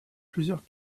plusieurs